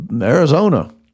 Arizona